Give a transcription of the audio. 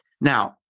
Now